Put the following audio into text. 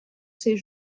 ces